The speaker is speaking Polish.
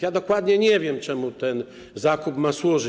Ja dokładnie nie wiem, czemu ten zakup ma służyć.